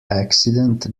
accident